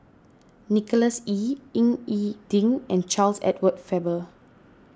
Nicholas Ee Ying E Ding and Charles Edward Faber